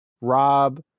Rob